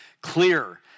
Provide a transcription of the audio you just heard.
clear